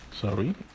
Sorry